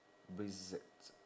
brexit